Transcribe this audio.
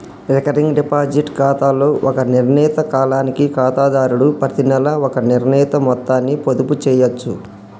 recurring deposit ఖాతాలో ఒక నిర్ణీత కాలానికి ఖాతాదారుడు ప్రతినెలా ఒక నిర్ణీత మొత్తాన్ని పొదుపు చేయచ్చు